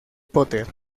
potter